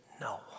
no